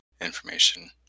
information